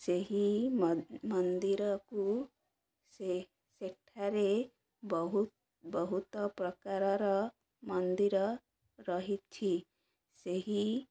ସେହି ମନ୍ଦିରକୁ ସେ ସେଠାରେ ବହୁତ ବହୁତ ପ୍ରକାରର ମନ୍ଦିର ରହିଛି ସେହି